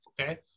Okay